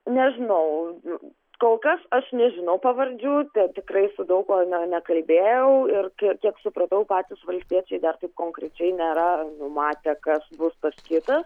nežinau kol kas aš nežinau pavardžių ten tikrai su daug kuo ne nekalbėjau ir kiek supratau patys valstiečiai dar taip konkrečiai nėra numatę kas bus tas kitas